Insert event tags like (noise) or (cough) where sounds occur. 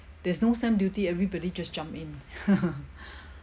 there's no stamp duty everybody just jump in (laughs)